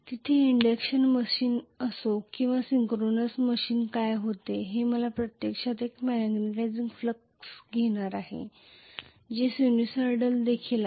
तिथे induction machine असो किंवा सिंक्रोनस मशीन काय होते ते मला प्रत्यक्षात एक मॅग्नेटिझिंग फ्लक्स घेणार आहे जे सायनुसायडल देखील आहे